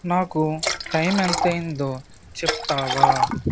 నాకు టైం ఎంతయిందో చెప్తావా